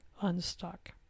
unstuck